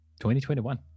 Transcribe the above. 2021